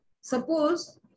suppose